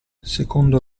secondo